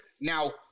Now